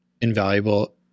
invaluable